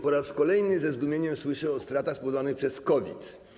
Po raz kolejny ze zdumieniem słyszę o stratach spowodowanych przez COVID.